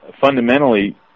fundamentally